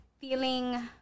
feeling